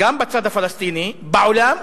גם בצד הפלסטיני בעולם,